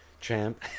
champ